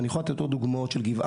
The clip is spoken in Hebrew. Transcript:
אני יכול לתת עוד דוגמאות של גבעתי,